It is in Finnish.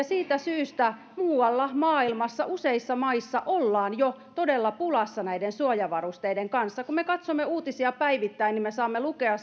siitä syystä muualla maailmassa useissa maissa ollaan jo todella pulassa näiden suojavarusteiden kanssa kun me katsomme uutisia päivittäin me saamme lukea